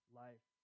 life